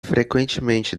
frequentemente